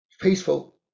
Peaceful